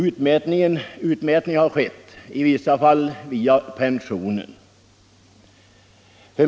Utmätning har skett, i vissa fall via pensionen.